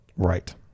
right